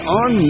on